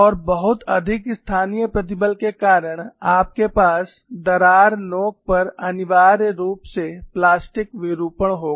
और बहुत अधिक स्थानीय प्रतिबल के कारण आपके पास दरार नोक पर अनिवार्य रूप से प्लास्टिक विरूपण होगा